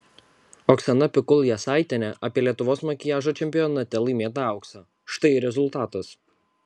oksana pikul jasaitienė apie lietuvos makiažo čempionate laimėtą auksą štai ir rezultatas